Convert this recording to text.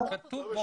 כתוב בחוק לדווח.